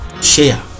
Share